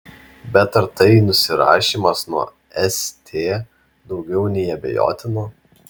bet ar tai nusirašymas nuo st daugiau nei abejotina